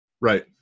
Right